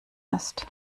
ist